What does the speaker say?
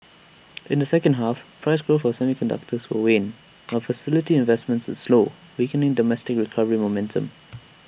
in the second half price growth of semiconductors will wane while facility investments slow weakening domestic recovery momentum